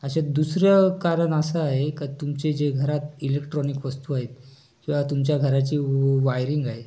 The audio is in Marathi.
अशा दुसरं कारण असं आहे का तुमचे जे घरात इलेक्ट्रॉनिक वस्तू आहेत किंवा तुमच्या घराची व व वायरिंग आहे